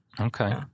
Okay